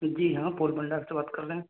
जी हाँ फूलभंडार से बात कर रहे हैं